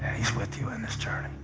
he's with you in this journey.